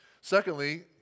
Secondly